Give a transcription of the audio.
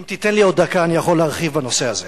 אם תיתן לי עוד דקה, אני יכול להרחיב בנושא הזה.